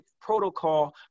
protocol